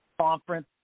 conference